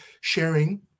sharing